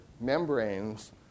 membranes